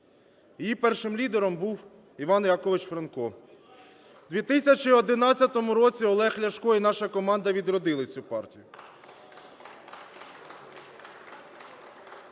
Її першим лідером був Іван Якович Франко. В 2011 році Олег Ляшко і наша команда відродили цю партію.